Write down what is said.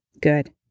Good